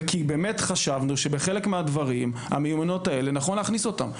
וכי באמת חשבנו שבחלק מהדברים נכון להכניס את המיומנויות האלה,